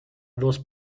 dos